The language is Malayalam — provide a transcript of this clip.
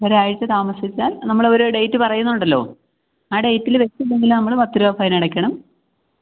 ഒരാഴ്ച താമസിച്ചാല് നമ്മളൊരു ഡേറ്റ് പറയുന്നുണ്ടല്ലോ ആ ഡേറ്റില് വെച്ചില്ലെങ്കില് നമ്മള് പത്ത് രൂപ ഫൈനടയ്ക്കണം